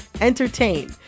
entertain